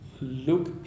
look